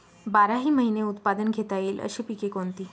बाराही महिने उत्पादन घेता येईल अशी पिके कोणती?